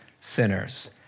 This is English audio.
sinners